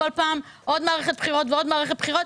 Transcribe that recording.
כל פעם עוד מערכת בחירות ועוד מערכת בחירות,